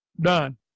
done